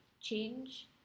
change